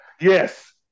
Yes